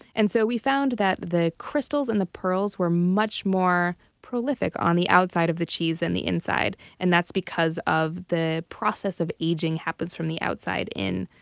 and so we found that the crystals and the pearls were much more prolific on the outside of the cheese than and the inside, and that's because of the process of aging happens from the outside in.